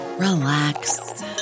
Relax